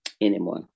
anymore